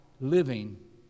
living